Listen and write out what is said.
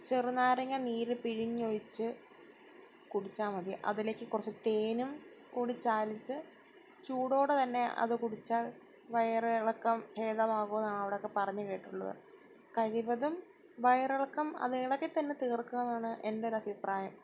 ചെറു നാരങ്ങാനീര് പിഴിഞ്ഞ് ഒഴിച്ച് കുടിച്ചാൽ മതി അതിലേക്ക് കുറച്ച് തേനും കൂടി ചാലിച്ച് ചൂടോടെ തന്നെ അത് കുടിച്ചാൽ വയറിളക്കം ഭേദമാകും എന്നാണ് അവിടൊക്കെ പറഞ്ഞ് കേട്ടിട്ടുള്ളത് കഴിവതും വയറിളക്കം അത് ഇളകിത്തന്നെ തീർക്കൊന്നാണ് എന്റെ ഒരു അഭിപ്രായം